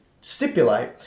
stipulate